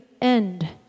end